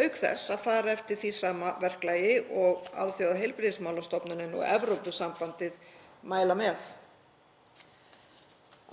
auk þess að fara eftir því sama verklagi og Alþjóðaheilbrigðismálastofnunin og Evrópusambandið mæla með.